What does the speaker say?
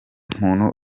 muntu